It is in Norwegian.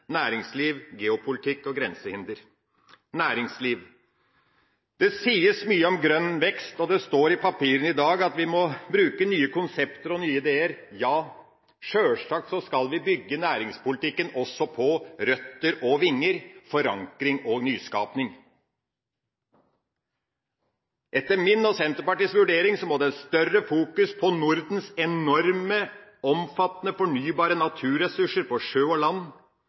næringsliv, geopolitikk og grensehinder. Det sies mye om grønn vekst, og det står i papirene i dag at vi må bruke nye konsepter og nye ideer. Ja, sjølsagt skal vi bygge næringspolitikken også på røtter og vinger – forankring og nyskaping. Etter min og Senterpartiets vurdering må det fokuseres mer på Nordens enorme, omfattende fornybare naturressurser på sjø og land.